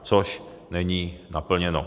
Což není naplněno.